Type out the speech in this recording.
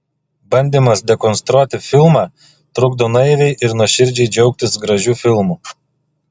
bandymas dekonstruoti filmą trukdo naiviai ir nuoširdžiai džiaugtis gražiu filmu